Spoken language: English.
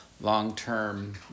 long-term